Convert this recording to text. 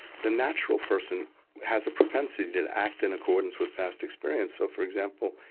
the natural person has a propensity to act in accordance with past experience. so, for example,